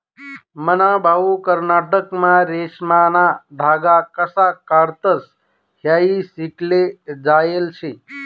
मन्हा भाऊ कर्नाटकमा रेशीमना धागा कशा काढतंस हायी शिकाले जायेल शे